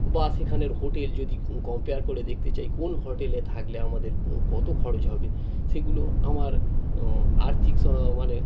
বা সেখানের হোটেল যদি কো কম্পেয়ার করে দেখতে চাই কোন হোটেলে থাকলে আমাদের কত খরচ হবে সেগুলো আমার আর্থিক সা মানে